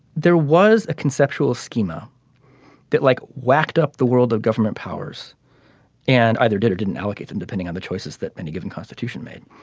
there was a conceptual schema that like whacked up the world of government powers and either did or didn't allocate and depending on the choices that any given constitution made